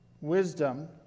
wisdom